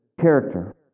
character